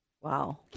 Wow